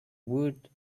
would